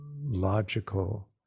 logical